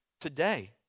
today